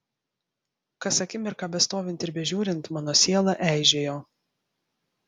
kas akimirką bestovint ir bežiūrint mano siela eižėjo